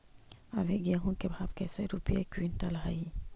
अभी गेहूं के भाव कैसे रूपये क्विंटल हई?